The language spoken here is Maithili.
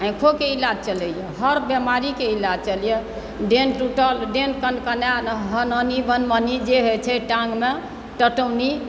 आँखियोके इलाज चलैए हर बीमारीकेँ इलाज चलैए डेङ्ग टुटल डेङ्ग कङ्कनाएल हनहनी भनभनी जे होइ छै टाँगमे टटउनि